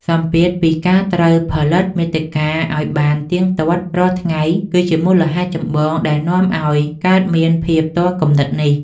សម្ពាធពីការត្រូវផលិតមាតិកាឱ្យបានទៀងទាត់រាល់ថ្ងៃ គឺជាមូលហេតុចម្បងដែលនាំឱ្យកើតមានភាពទាល់គំនិតនេះ។